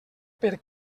per